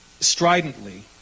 stridently